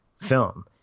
film